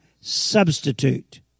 substitute